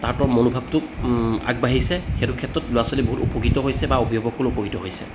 তাঁহাতৰ মনোভাৱটো আগবাঢ়িছে সেইটো ক্ষেত্ৰত ল'ৰা ছোৱালী বহুত উপকৃত হৈছে বা অভিভাৱক সকলো উপকৃত হৈছে